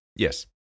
Yes